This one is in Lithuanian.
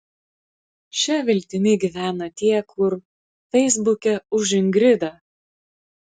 šia viltimi gyvena tie kur feisbuke už ingridą